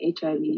HIV